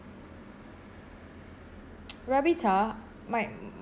ravita my